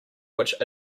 which